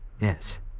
Yes